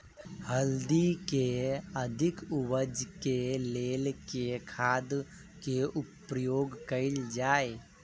हल्दी केँ अधिक उपज केँ लेल केँ खाद केँ प्रयोग कैल जाय?